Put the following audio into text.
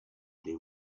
they